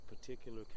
particular